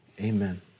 amen